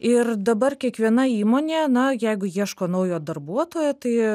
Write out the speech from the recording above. ir dabar kiekviena įmonė na jeigu ieško naujo darbuotojo tai